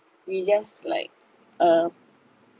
we just like uh